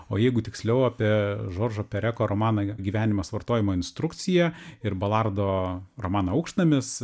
o jeigu tiksliau apie žoržo pereko romaną gyvenimas vartojimo instrukcija ir balardo romaną aukštnamis